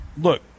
look